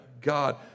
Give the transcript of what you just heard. god